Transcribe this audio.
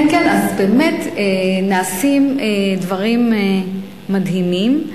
כן כן, באמת נעשים דברים מדהימים,